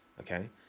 okay